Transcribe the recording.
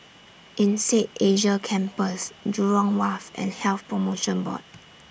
Insead Asia Campus Jurong Wharf and Health promotion Board